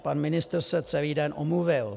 Pan ministr se celý den omluvil.